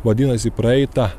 vadinasi praeitą